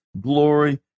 glory